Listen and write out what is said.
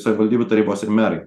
savivaldybių tarybos ir merai